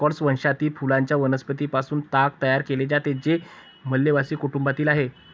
Corchorus वंशातील फुलांच्या वनस्पतीं पासून ताग तयार केला जातो, जो माल्व्हेसी कुटुंबातील आहे